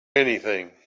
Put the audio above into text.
anything